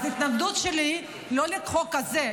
אז ההתנגדות שלי היא לא לחוק הזה,